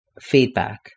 feedback